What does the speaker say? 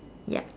ya